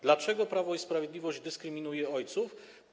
Dlaczego Prawo i Sprawiedliwość dyskryminuje ojców?